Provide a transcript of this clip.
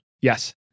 yes